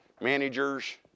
managers